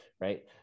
Right